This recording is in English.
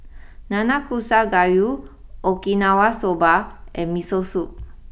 Nanakusa Gayu Okinawa Soba and Miso Soup